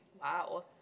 Wow